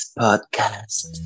podcast